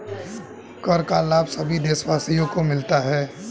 कर का लाभ सभी देशवासियों को मिलता है